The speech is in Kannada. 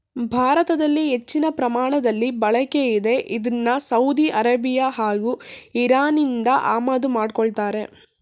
ಭಾರತದಲ್ಲಿ ಹೆಚ್ಚಿನ ಪ್ರಮಾಣದಲ್ಲಿ ಬಳಕೆಯಿದೆ ಇದ್ನ ಸೌದಿ ಅರೇಬಿಯಾ ಹಾಗೂ ಇರಾನ್ನಿಂದ ಆಮದು ಮಾಡ್ಕೋತಾರೆ